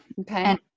Okay